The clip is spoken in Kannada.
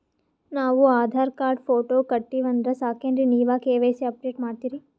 ನಾವು ಆಧಾರ ಕಾರ್ಡ, ಫೋಟೊ ಕೊಟ್ಟೀವಂದ್ರ ಸಾಕೇನ್ರಿ ನೀವ ಕೆ.ವೈ.ಸಿ ಅಪಡೇಟ ಮಾಡ್ತೀರಿ?